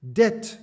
debt